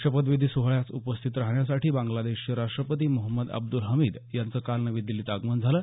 शपथविधी सोहळ्यास उपस्थित राहण्यासाठी बांग्लादेशचे राष्ट्रपती मोहम्मद अब्द्रल हामिद यांचं काल नवी दिल्लीत आगमन झालं